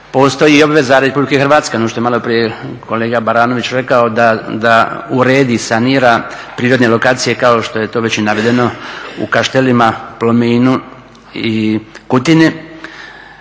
postoji i obveza Republike Hrvatske, ono što je maloprije kolega Baranović rekao da uredi, sanira prirodne lokacije kao što je to već i navedeno u Kaštelima, Plominu i Kutini,